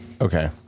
Okay